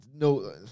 No